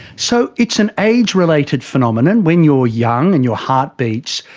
so it's an age related phenomenon. when you're young and your heart beats,